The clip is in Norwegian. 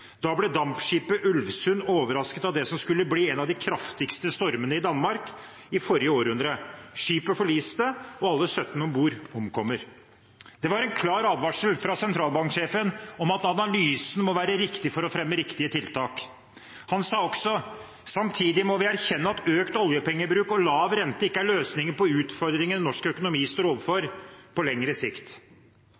Da ble dampskipet «Ulvsund» overrasket av det som skulle bli en av de kraftigste stormene i Danmark i forrige århundre. Skipet forliste og alle 17 om bord omkommer. Det var en klar advarsel fra sentralbanksjefen om at analysen må være riktig for å fremme riktige tiltak. Han sa også: «Samtidig må vi erkjenne at økt oljepengebruk og lav rente ikke er løsningen på utfordringer norsk økonomi står overfor